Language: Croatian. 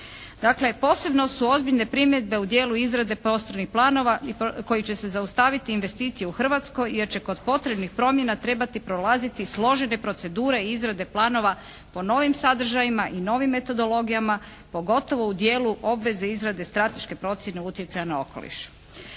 Dakle, posebno su ozbiljne primjedbe u dijelu izrade prostornih planova koji će se zaustaviti investicije u Hrvatskoj jer će kod potrebnih promjena trebati prolaziti složene procedure i izrade planova po novim sadržajima i novim metodologija, pogotovo u dijelu obveze izrade strateške procjene utjecaja na okoliš.